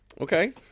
Okay